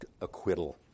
acquittal